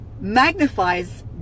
Magnifies